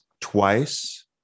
twice